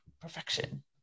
perfection